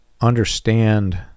understand